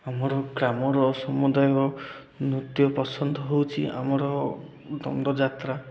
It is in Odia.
ଆମର ଗ୍ରାମର ସମୁଦାୟ ନୃତ୍ୟ ପସନ୍ଦ ହେଉଛି ଆମର ଦଣ୍ଡଯାତ୍ରା